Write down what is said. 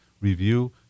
review